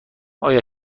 آیا